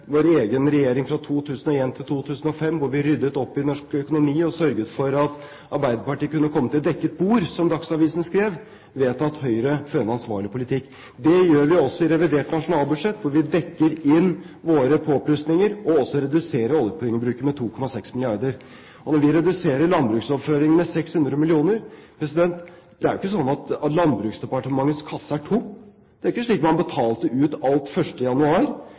vår egen regjering fra 2001 frem til 2005, hvor vi ryddet opp i norsk økonomi og sørget for at Arbeiderpartiet kunne komme til dekket bord, som Dagsavisen skrev – vet at Høyre fører en ansvarlig politikk. Det gjør vi også i revidert nasjonalbudsjett, hvor vi dekker inn våre påplusninger og reduserer oljepengeforbruket med 2,6 mrd. kr. Vi reduserer landbruksoverføringene med 600 mill.kr, men det er jo ikke sånn at Landbruksdepartementets kasse er tom. Det er ikke slik at man betalte ut alt 1. januar,